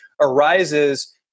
arises